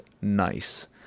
nice